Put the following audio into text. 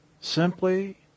Simply